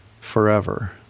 forever